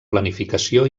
planificació